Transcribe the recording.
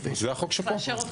זה החוק שפה.